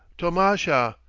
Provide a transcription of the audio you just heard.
tomasha!